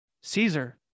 Caesar